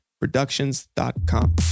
productions.com